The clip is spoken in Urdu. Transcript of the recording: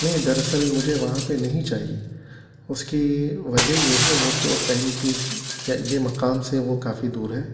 نہیں دراصل مجھے وہاں پہ نہیں چاہیے اس کی وجہ یہ ہے وہ تو پہلی چیز یہ یہ مکان سے وہ کافی دور ہے